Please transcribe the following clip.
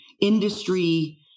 industry